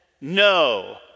no